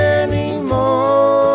anymore